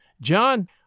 John